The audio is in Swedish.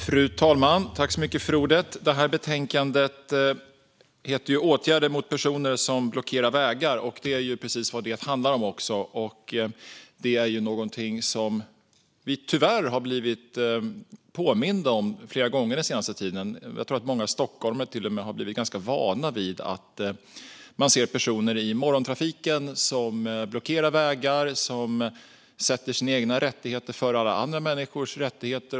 Fru talman! Det här betänkandet heter Åtgärder mot personer som blockerar vägar , och det är också precis vad det handlar om. Detta är tyvärr någonting som vi har blivit påminda om flera gånger den senaste tiden. Jag tror att många stockholmare till och med har blivit ganska vana vid att se personer i morgontrafiken som blockerar vägar och sätter sina egna rättigheter före alla andra människors rättigheter.